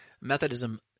Methodism